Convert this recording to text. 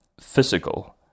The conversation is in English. physical